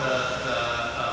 ah